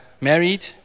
married